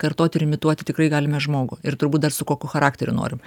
kartoti ir imituoti tikrai galime žmogų ir turbūt dar su kokiu charakteriu norim